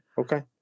Okay